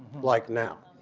like now.